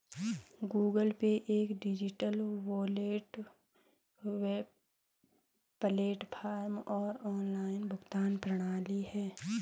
Google Pay एक digital wallet platform और online भुगतान प्रणाली है